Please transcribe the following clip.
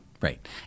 Right